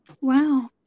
wow